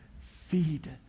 Feed